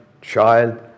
child